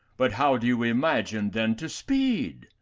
but how do you imagine then to speed?